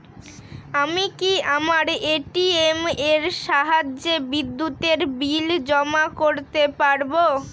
আমি কি আমার এ.টি.এম এর সাহায্যে বিদ্যুতের বিল জমা করতে পারব?